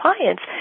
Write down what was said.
clients